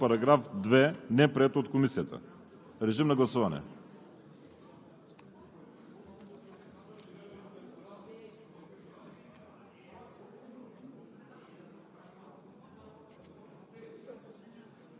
следващото предложение на народните представители Иван Иванов, Филип Попов и Росен Малинов за създаването на нов § 2, неприето от Комисията. Гласували